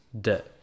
debt